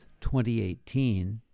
2018